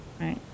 Right